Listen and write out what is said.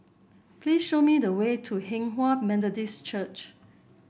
please show me the way to Hinghwa Methodist Church